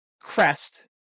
crest